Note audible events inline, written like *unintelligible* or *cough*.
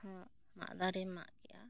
*unintelligible* ᱢᱟᱜ ᱫᱟᱨᱮ ᱢᱟᱜ ᱜᱮᱭᱟ